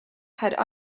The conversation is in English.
had